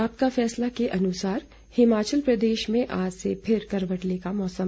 आपका फैसला के अनुसार हिमाचल प्रदेश में आज से फिर करवट लेगा मौसम